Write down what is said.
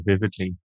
vividly